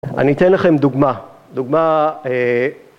אני אתן לכם דוגמא, דוגמא אה..